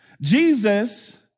Jesus